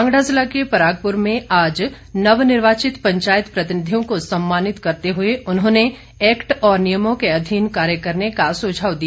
कांगड़ा जिला के परागप्र में आज नव निर्वाचित पंचायत प्रतिनिधियों को सम्मानित करते हुए उन्होंने एक्ट और नियमों के अधीन कार्य करने का सुझाव दिया